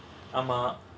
ஆமா:aamaa